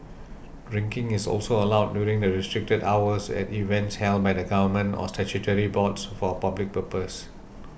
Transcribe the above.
drinking is also allowed during the restricted hours at events held by the Government or statutory boards for a public purpose